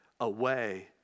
away